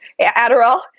adderall